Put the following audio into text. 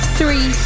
three